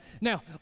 Now